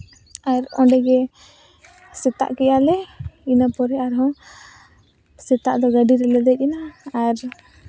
ᱟᱨ ᱚᱸᱰᱮ ᱜᱮ ᱥᱮᱛᱟᱜ ᱠᱮᱫᱟᱞᱮ ᱤᱱᱟ ᱯᱚᱨᱮ ᱟᱨᱦᱚᱸ ᱥᱮᱛᱟᱜ ᱫᱚ ᱜᱟᱹᱰᱤ ᱨᱮᱞᱮ ᱫᱮᱡ ᱮᱱᱟ ᱟᱨ